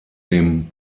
dem